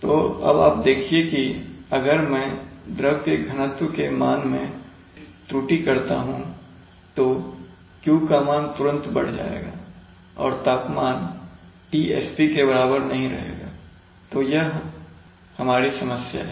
तो अब आप देखिए की अगर मैं द्रव के घनत्व के मान में कुछ त्रुटि करता हूं तो Q का मान तुरंत बढ़ जाएगा और तापमान Tsp के बराबर नहीं रहेगा तो यह हमारी समस्या है